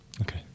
Okay